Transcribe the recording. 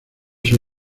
sus